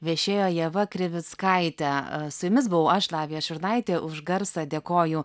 viešėjo ieva krivickaitė su jumis buvau aš lavija šiurnaitė už garsą dėkoju